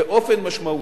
באופן משמעותי.